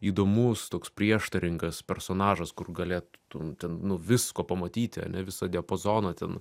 įdomus toks prieštaringas personažas kur galėtum ten nu visko pamatyti ane visą diapazoną ten